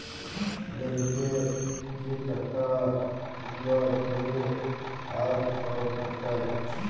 bank এ যে টাকা গুলা ভরে আর সব খাটায়